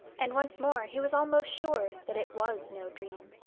and once more he was almost sure that it was no dream.